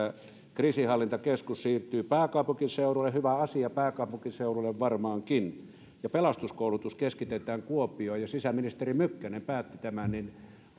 kriisinhallintakeskus siirtyy pääkaupunkiseudulle hyvä asia pääkaupunkiseudulle varmaankin ja pelastuskoulutus keskitetään kuopioon sisäministeri mykkänen päätti tämän